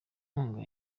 inkunga